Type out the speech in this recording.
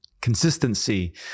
consistency